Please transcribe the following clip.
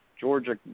Georgia